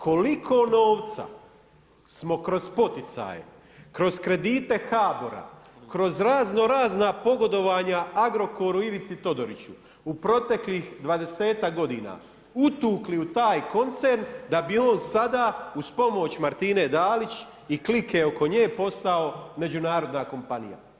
Koliko novca smo kroz poticaj, kroz kredite HBOR-a, kroz raznorazna pogodovanja Agrokoru i Ivici Todoriću u proteklih dvadesetak godina utukli u taj koncern da bi on sada uz pomoć Martine Dalić i klike oko nje posao međunarodna kompanija?